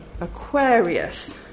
Aquarius